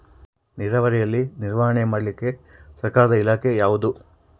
ನೇರಾವರಿಯಲ್ಲಿ ನಿರ್ವಹಣೆ ಮಾಡಲಿಕ್ಕೆ ಸರ್ಕಾರದ ಇಲಾಖೆ ಯಾವುದು?